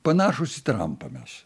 panašūs į trampą mes